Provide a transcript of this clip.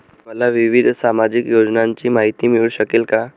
मला विविध सामाजिक योजनांची माहिती मिळू शकेल का?